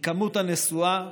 מכמות הנסועה,